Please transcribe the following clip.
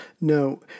No